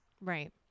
right